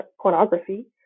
pornography